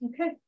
Okay